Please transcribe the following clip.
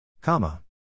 Comma